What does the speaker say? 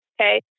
okay